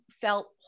felt